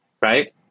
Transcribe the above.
right